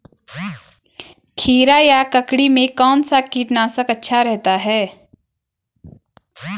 खीरा या ककड़ी में कौन सा कीटनाशक अच्छा रहता है?